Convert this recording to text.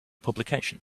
publication